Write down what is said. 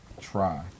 try